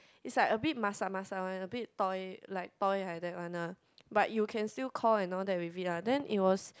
it's like a bit masak-masak one a bit toy like toy like that one lah but you can still call and all that with it ah then it was